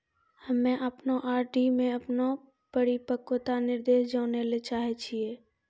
हम्मे अपनो आर.डी मे अपनो परिपक्वता निर्देश जानै ले चाहै छियै